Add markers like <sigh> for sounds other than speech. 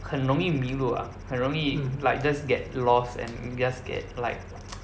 很容易迷路啊很容易 like just get lost and just get like <noise>